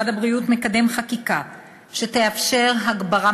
משרד הבריאות מקדם חקיקה שתאפשר הגברה